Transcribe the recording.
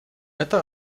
это